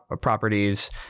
properties